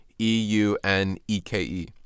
E-U-N-E-K-E